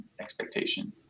expectation